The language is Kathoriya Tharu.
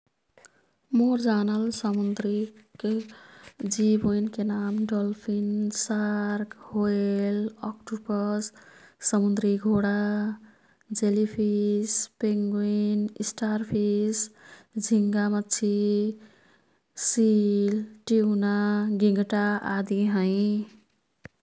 मोर् जानल समुन्द्रीक जीव ओईनके नाम डल्फिन, सार्क, व्हेल, अक्टुपस, समुन्द्री घोडा, जेली फिस, पेन्गुइन, स्टारफिस, झिंगा मच्छी, सिल, ट्युना, गिंगटा आदि हैं।